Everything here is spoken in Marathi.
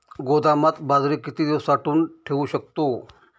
गोदामात बाजरी किती दिवस साठवून ठेवू शकतो?